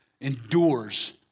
endures